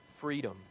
freedom